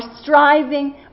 striving